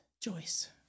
joyce